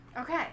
Okay